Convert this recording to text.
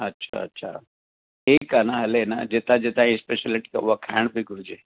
अच्छा अच्छा अच्छा ठीकु आहे न हले न जितां जितां जी स्पैशिलीटी आहे उहा खाइण बि घुरिजे